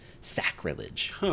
sacrilege